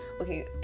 Okay